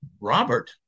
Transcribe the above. Robert